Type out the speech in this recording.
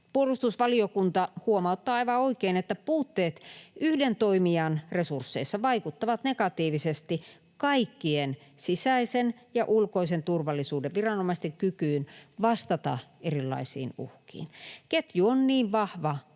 Puolustusvaliokunta huomauttaa aivan oikein, että puutteet yhden toimijan resursseissa vaikuttavat negatiivisesti kaikkien sisäisen ja ulkoisen turvallisuuden viranomaisten kykyyn vastata erilaisiin uhkiin. Ketju on niin vahva